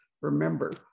remember